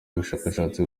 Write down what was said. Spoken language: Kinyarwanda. bushakashatsi